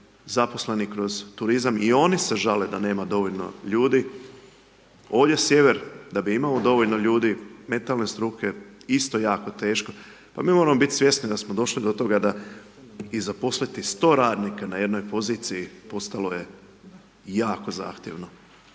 zaposleni kroz turizam, i oni se žale da nema dovoljno ljudi. Ovdje sjever da bi imao dovoljno ljudi, metalne struke isto jako teško. Pa mi moramo biti svjesni da smo došli do toga da i zaposliti 100 radnika na jednoj poziciji, postalo je jako zahtjevno.